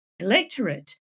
electorate